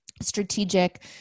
strategic